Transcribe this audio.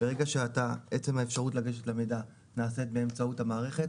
ברגע שעצם האפשרות לגשת למידע נעשית באמצעות המערכת,